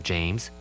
James